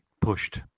pushed